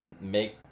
make